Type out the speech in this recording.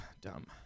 Dumb